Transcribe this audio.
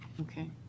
Okay